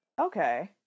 Okay